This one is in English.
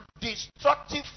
destructive